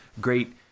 great